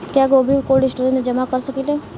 क्या गोभी को कोल्ड स्टोरेज में जमा कर सकिले?